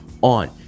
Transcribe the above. on